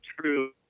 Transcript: true